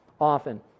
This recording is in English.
often